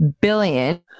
billion